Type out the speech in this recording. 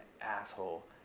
asshole